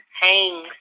hangs